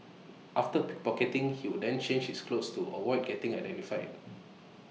after pickpocketing he would then change his clothes to avoid getting identified